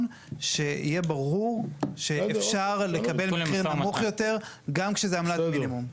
שיהיה ברור שאפשר לקבל מחיר נמוך יותר גם כשזה עמלת מינימום.